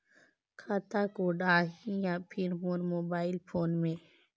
खाता कोड आही या फिर मोर मोबाइल फोन मे?